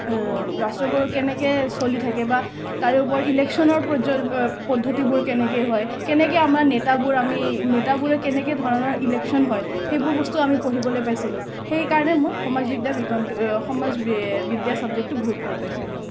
ৰাষ্ট্ৰবোৰত কেনেকৈ চলি থাকে বা আপোনাৰ তাৰে ওপৰত ইলেকচনৰ পজ পদ্ধতিবোৰ কেনেকৈ হয় কেনেকৈ আমাৰ নেতাবোৰে আমি নেতাবোৰে কেনেকৈ ধৰণৰ ইলেকচন হয় সেইবোৰ বস্তু আমি পঢ়িবলৈ পাইছিলোঁ সেইকাৰণে মোক সমাজ বিজ্ঞান সমাজ বিদ্যা ছাবজেক্টটো ভাল পাইছিলোঁ